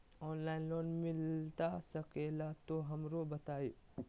Online loan मिलता सके ला तो हमरो बताई?